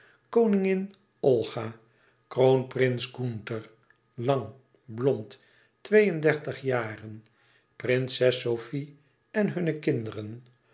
koningin olga kroonprins gunther lang blond twee endertig jaren prinses sofie en hunne kinderen